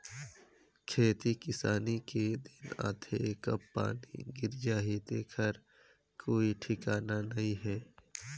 खेती किसानी के दिन आथे कब पानी गिर जाही तेखर कोई ठिकाना नइ हे